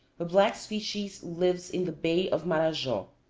a black species lives in the bay of marajo.